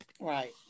Right